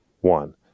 one